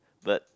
but